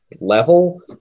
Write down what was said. level